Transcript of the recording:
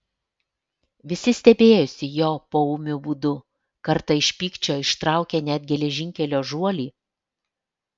visi stebėjosi jo poūmiu būdu kartą iš pykčio ištraukė net geležinkelio žuolį